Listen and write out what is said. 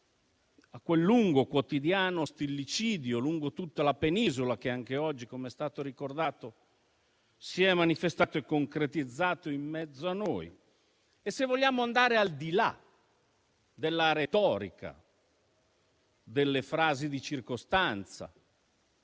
a quel lungo e quotidiano stillicidio, lungo tutta la Penisola, che anche oggi, come è stato ricordato, si è manifestato e concretizzato in mezzo a noi; e se vogliamo andare al di là della retorica, delle frasi di circostanza,